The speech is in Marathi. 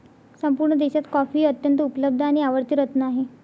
संपूर्ण देशात कॉफी हे अत्यंत उपलब्ध आणि आवडते रत्न आहे